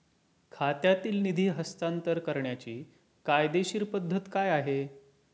खात्यातील निधी हस्तांतर करण्याची कायदेशीर पद्धत काय आहे?